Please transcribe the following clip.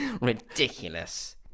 Ridiculous